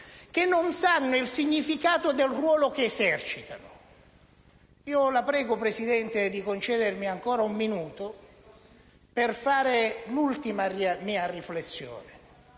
che non sanno il significato del ruolo che esercitano. Presidente, la prego di concedermi ancora un minuto per fare l'ultima mia riflessione.